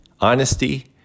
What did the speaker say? honesty